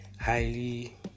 highly